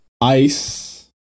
Ice